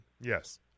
Yes